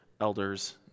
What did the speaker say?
elders